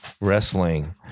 wrestling